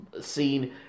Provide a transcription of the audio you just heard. scene